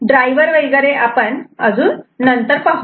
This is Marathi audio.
ड्रायव्हर वगैरे आपण नंतर पाहू